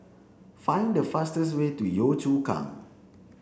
find the fastest way to Yio Chu Kang